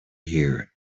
here